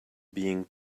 being